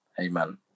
Amen